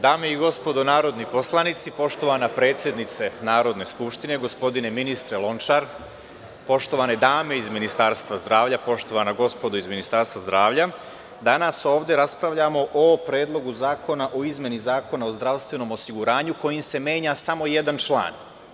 Dame i gospodo narodni poslanici, poštovana predsednice Narodne skupštine, gospodine Lončar, poštovane dame iz Ministarstva zdravlja, poštovana gospodo iz Ministarstva zdravlja, danas ovde raspravljamo o Predlogu zakona o izmeni Zakona o zdravstvenom osiguranju kojim se menja samo jedan član.